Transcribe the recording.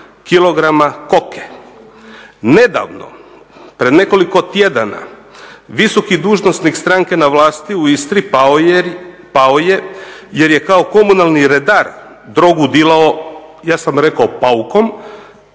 kg koke. Nedavno, pred nekoliko tjedana visoki dužnosnik stranke na vlasti u Istri pao je jer je kao komunalni redar drogu dilao ja sam rekao paukom